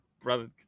brother